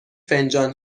فنجان